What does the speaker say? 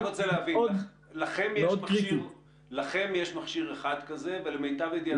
אנחנו לא בקריסה ולא קרובים כרגע לקריסה,